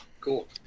Cool